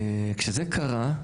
כשזה קרה,